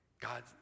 God